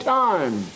time